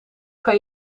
kan